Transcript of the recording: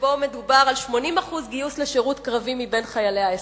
שבו מדובר על 80% גיוס לשירות קרבי מבין חיילי ההסדר.